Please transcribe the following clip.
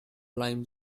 lime